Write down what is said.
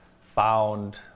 found